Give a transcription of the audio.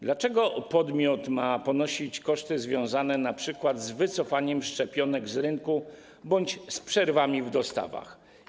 Dlaczego podmiot ma ponosić koszty związane np. z wycofaniem szczepionek z rynku bądź z przerwami w dostawach?